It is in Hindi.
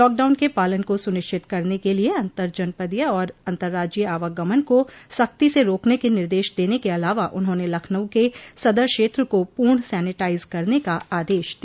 लॉकडाउन के पालन को सुनिश्चित करने के लिये अन्तरजनपदीय और अतंर्राज्योय आवागमन को सख्ती से रोकने के निर्देश देने के अलावा उन्होंने लखनऊ के सदर क्षेत्र को पूर्ण सैनिटाइज करने का आदेश दिया